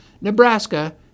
Nebraska